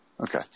Okay